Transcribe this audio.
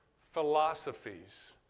philosophies